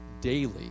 daily